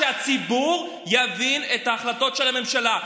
שהציבור יבין את ההחלטות של הממשלה.